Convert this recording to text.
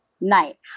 night